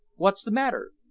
what's the matter?